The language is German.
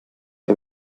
der